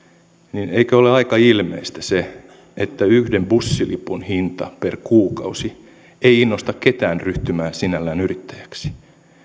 niin eikö ole aika ilmeistä että yhden bussilipun hinta per kuukausi ei sinällään innosta ketään ryhtymään yrittäjäksi